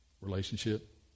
relationship